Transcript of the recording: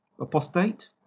Apostate